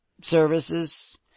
services